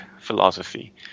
philosophy